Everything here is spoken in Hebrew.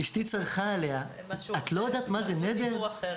אז אשתי צרחה עליה "את לא יודעת מה זה נדר?",